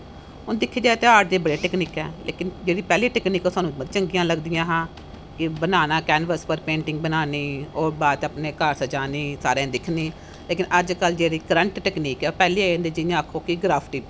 हून दिक्खेआ जाए ते आर्ट दे बडे़ टकॅनीक ऐ लेकिन जेहड़ी पैंहले टकॅनीक ऐ थुहानू बड़ी चंगिया लगदियां हियां कि बनाना केनवस उप्पर पेंटिंग बनानी और ओहदे बाद अपने घार सजाने सारे दिक्खनी लेकिन अजकल जेहड़ी करंट टक्नीक ऐ पैहलें दे जियां आक्खो के ग्राफटिड